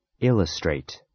Illustrate